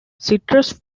citrus